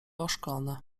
oszklone